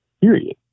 Period